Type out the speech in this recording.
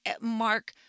Mark